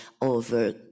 over